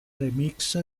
remix